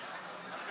מה קרה?